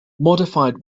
modified